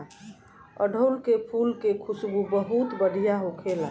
अढ़ऊल के फुल के खुशबू बहुत बढ़िया होखेला